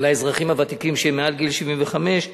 לאזרחים ותיקים שגילם מעל 75,